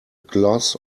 gloss